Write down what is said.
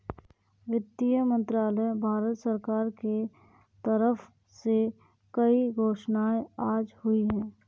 वित्त मंत्रालय, भारत सरकार के तरफ से कई घोषणाएँ आज हुई है